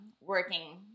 working